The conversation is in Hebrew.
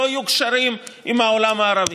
לא יהיו קשרים עם העולם הערבי.